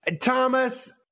Thomas